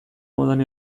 modan